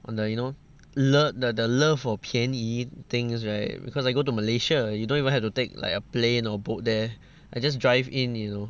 on the you know the love the love for 便宜 things right because I go to malaysia you don't even have to take like a plane or boat there I just drive in you know